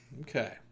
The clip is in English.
Okay